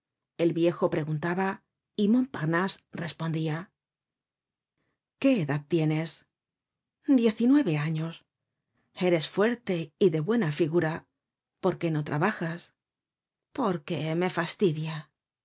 el viejo preguntaba y montparnase respondia qué edad tienes diez y nueve años eres fuerte y de buena figura por qué no trabajas porque me fastidia